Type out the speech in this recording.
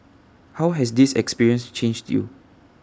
how has this experience changed you